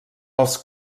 els